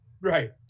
Right